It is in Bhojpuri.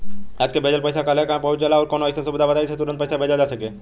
आज के भेजल पैसा कालहे काहे पहुचेला और कौनों अइसन सुविधा बताई जेसे तुरंते पैसा भेजल जा सके?